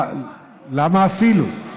למה אפילו?